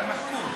שלוש דקות,